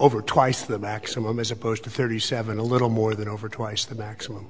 over twice the maximum as opposed to thirty seven a little more than over twice the maximum